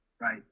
Right